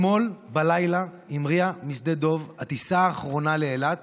אתמול בלילה המריאה משדה דב הטיסה האחרונה לאילת